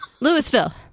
Louisville